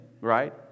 right